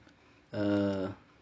err